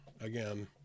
again